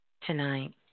tonight